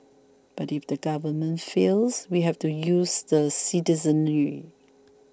but if the government fails we have to use the citizenry